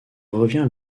revient